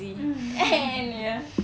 and ya